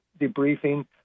debriefing